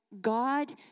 God